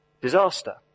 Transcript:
Disaster